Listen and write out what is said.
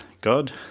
God